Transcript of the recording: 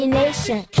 nation